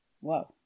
Whoa